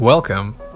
Welcome